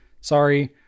Sorry